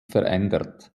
verändert